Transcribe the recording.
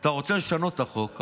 אתה רוצה לשנות את החוק?